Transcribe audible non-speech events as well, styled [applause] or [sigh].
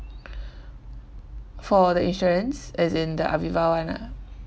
[breath] for the insurance as in the aviva [one] ah